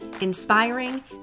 inspiring